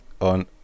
on